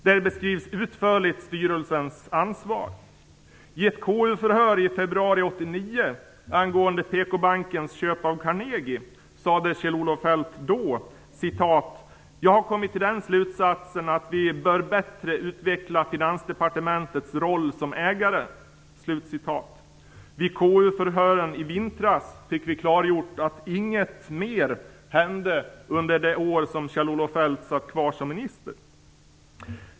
Där beskrivs utförligt styrelsens ansvar. bankens köp av Carnegie sade Kjell-Olof Feldt: "Jag har kommit till den slutsatsen att vi bör bättre utveckla finansdepartementets roll som ägare." Vid KU förhören i vintras fick vi klargjort att inget mer hände under det år som Kjell-Olof Feldt satt kvar som minister.